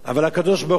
אבל הקדוש-ברוך-הוא,